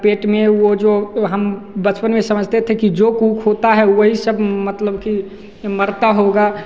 पेट में वो जो हम बचपन में समझते थे कि जोक उक होता है वही सब मतलब कि मरता होगा